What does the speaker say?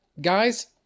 guys